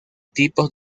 tipos